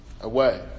away